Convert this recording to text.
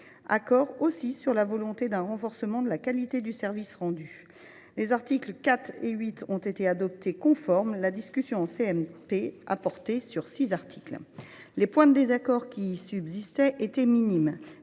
Accord aussi sur la volonté d’un renforcement de la qualité du service rendu aux usagers. Les articles 4 et 8 ont été adoptés conformes, la discussion en CMP ayant porté sur six articles. Les points de désaccord qui subsistaient étaient minimes.